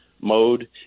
mode